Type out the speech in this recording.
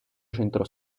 centro